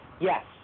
Yes